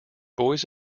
boys